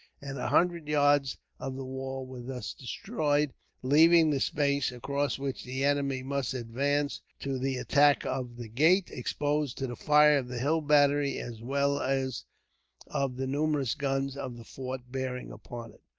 and a hundred yards of the wall were thus destroyed leaving the space, across which the enemy must advance to the attack of the gate, exposed to the fire of the hill battery, as well as of the numerous guns of the fort bearing upon it.